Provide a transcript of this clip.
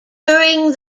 during